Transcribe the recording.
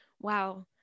Wow